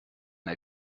der